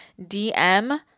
DM